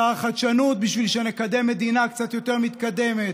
שר החדשנות, בשביל שנקדם מדינה קצת יותר מתקדמת,